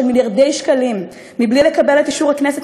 מיליארדי שקלים בלי לקבל את אישור הכנסת,